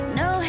no